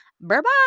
Bye-bye